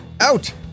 Out